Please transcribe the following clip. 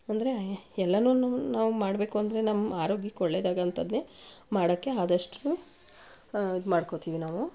ಅಂದರೆ ಎಲ್ಲವೂ ನಾವು ಮಾಡಬೇಕು ಅಂದರೆ ನಮ್ಮ ಆರೋಗ್ಯಕ್ಕೆ ಒಳ್ಳೆಯದಾಗೋ ಅಂತದನ್ನೆ ಮಾಡೋಕ್ಕೆ ಆದಷ್ಟು ಇದು ಮಾಡ್ಕೊಳ್ತೀವಿ ನಾವು